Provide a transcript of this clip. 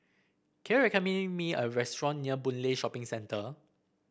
can you recommend me a restaurant near Boon Lay Shopping Centre